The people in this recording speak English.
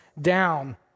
down